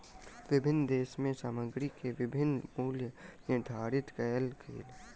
विभिन्न देश में सामग्री के विभिन्न मूल्य निर्धारित कएल गेल